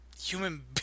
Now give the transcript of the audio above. human